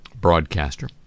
broadcaster